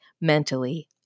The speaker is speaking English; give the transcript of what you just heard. mentally